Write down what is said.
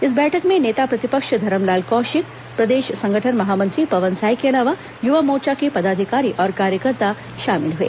इस बैठक में नेता प्रतिपक्ष धरमलाल कौशिक प्रदेश संगठन महामंत्री पवन साय के अलावा युवा मोर्चा के पदाधिकारी और कार्यकर्ता शामिल हुए